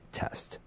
test